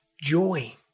joy